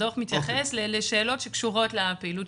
הדוח מתייחס לשאלות שקשורות לפעילות